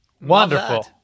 Wonderful